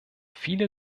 viele